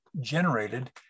generated